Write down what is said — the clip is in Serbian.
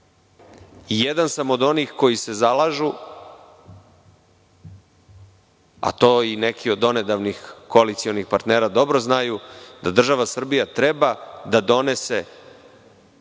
Jedan sam od onih koji se zalažu, a to i neki od donedavnih koalicionih partnera dobro znaju da država Srbija treba da donese